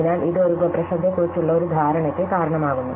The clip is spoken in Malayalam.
അതിനാൽ ഇത് ഒരു ഉപപ്രശ്നത്തെക്കുറിച്ചുള്ള ഒരു ധാരണയ്ക്ക് കാരണമാകുന്നു